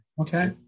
okay